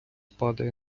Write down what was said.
падає